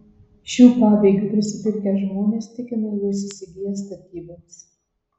šių pabėgių prisipirkę žmonės tikina juos įsigiję statyboms